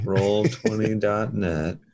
Roll20.net